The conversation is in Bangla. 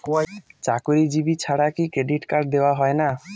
চাকুরীজীবি ছাড়া কি ক্রেডিট কার্ড দেওয়া হয় না?